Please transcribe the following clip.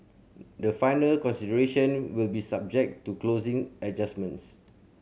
the final consideration will be subject to closing adjustments